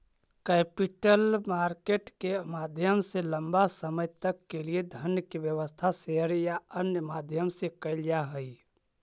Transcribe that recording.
capital market के माध्यम से लंबा समय तक के लिए धन के व्यवस्था शेयर या अन्य माध्यम से कैल जा हई